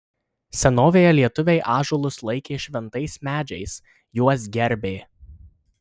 senovėje lietuviai ąžuolus laikė šventais medžiais juos gerbė